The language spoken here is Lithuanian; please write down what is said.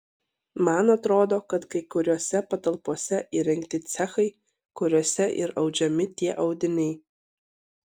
man atrodo kad kai kuriose patalpose įrengti cechai kuriuose ir audžiami tie audiniai